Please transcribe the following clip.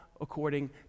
according